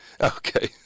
Okay